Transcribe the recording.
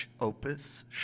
Opus